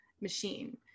machine